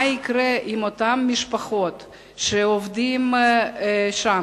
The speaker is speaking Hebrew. מה יקרה עם אותן משפחות של העובדים שם?